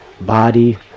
body